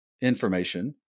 information